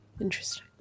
Interesting